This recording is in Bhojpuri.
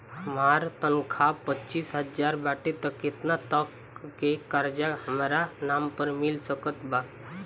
हमार तनख़ाह पच्चिस हज़ार बाटे त केतना तक के कर्जा हमरा नाम पर मिल सकत बा?